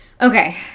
Okay